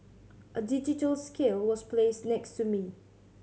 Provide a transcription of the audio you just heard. a digital scale was placed next to me